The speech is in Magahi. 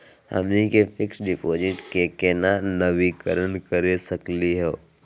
हमनी के फिक्स डिपॉजिट क केना नवीनीकरण करा सकली हो?